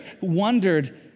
wondered